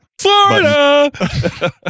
Florida